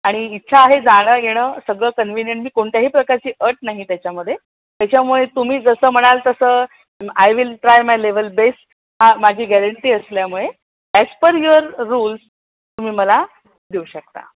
आणि इच्छा आहे जाणं येणं सगळं कन्विनियंट मी कोणत्याही प्रकारची अट नाही त्याच्यामध्ये त्याच्यामुळे तुम्ही जसं म्हणाल तसं I will try my level best हां माझी गॅरंटी असल्यामुळे ॲज पर युअर रूल तुम्ही मला देऊ शकता